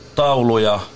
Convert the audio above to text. tauluja